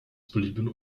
blieben